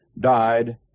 died